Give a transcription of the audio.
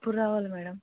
ఎప్పుడు రావాలి మ్యాడమ్